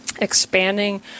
expanding